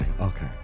Okay